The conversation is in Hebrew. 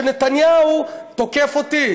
שעליה נתניהו תוקף אותי.